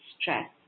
stress